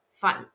fun